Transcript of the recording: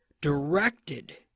directed